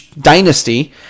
dynasty